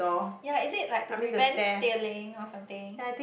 yea is it like to prevent stealing or something